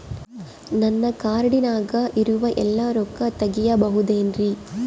ನನ್ನ ಕಾರ್ಡಿನಾಗ ಇರುವ ಎಲ್ಲಾ ರೊಕ್ಕ ತೆಗೆಯಬಹುದು ಏನ್ರಿ?